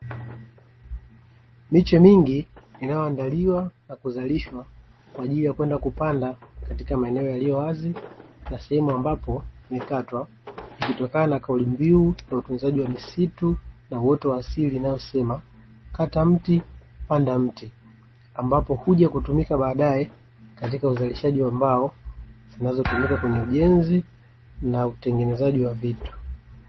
Miche mingi ilioandaliwa na kuzalishwa kwa ajili ya kupandwa katika maeneo yaliyo wazi au sehemu zilizokatwa miti, ikiwa ni sehemu ya kampeni ya utunzaji wa misitu na uoto wa asili yenye kauli mbiu: "Kata mti, panda mti." Miche hii hutumika baadaye katika uzalishaji wa mbao zinazotumika kwenye ujenzi na utengenezaji wa vitu.